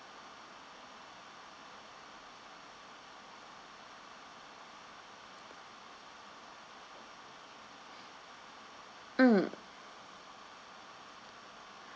mm